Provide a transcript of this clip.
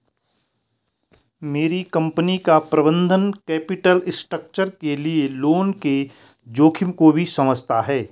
मेरी कंपनी का प्रबंधन कैपिटल स्ट्रक्चर के लिए लोन के जोखिम को भी समझता है